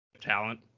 talent